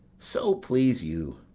so please you,